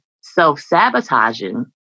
self-sabotaging